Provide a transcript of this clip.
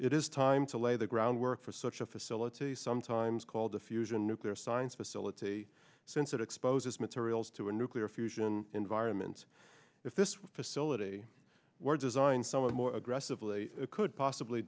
it is time to lay the groundwork for such a facility sometimes called the fusion nuclear science facility since it exposes materials to a nuclear fusion environment if this facility were designed somewhat more aggressively could possibly